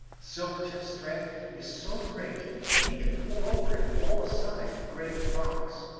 silvertip's strength is so great that he can pull over and roll aside great rocks.